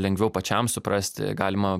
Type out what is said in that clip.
lengviau pačiam suprasti galima